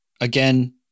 again